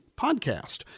podcast